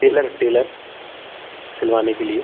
Taylor tailor सिलवाने के लिए